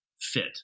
fit